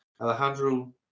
Alejandro